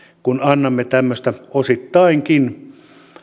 kun annamme tämmöistä osittain